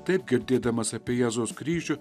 taip girdėdamas apie jėzaus kryžių